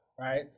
right